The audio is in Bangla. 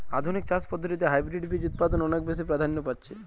আধুনিক চাষ পদ্ধতিতে হাইব্রিড বীজ উৎপাদন অনেক বেশী প্রাধান্য পাচ্ছে